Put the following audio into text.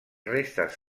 restes